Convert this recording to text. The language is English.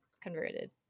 converted